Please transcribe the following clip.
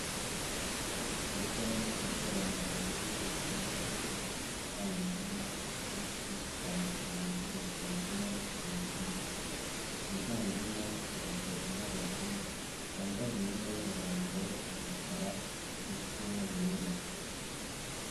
Urujya n'uruza rw'abantu bahuriye mu nyubako nini, itangirwamo serivisi zitandukanye z'ubuvuzi n'ubucuruzi, higanjemo abagabo n'abagore, bambaye imyenda y'umuhondo, umukara ndetse n'ubururu.